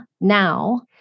now